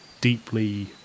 deeply